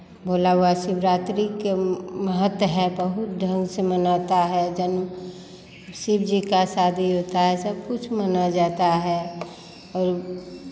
भोला बाबा शिवरात्रि के महत्व है बहुत ढंग से मनाता है जन्म शिव जी का शादी होता है सब कुछ मनाया जाता है और